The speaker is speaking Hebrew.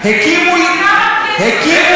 מי כמוך יודע, כמה כסף.